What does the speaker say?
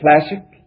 classic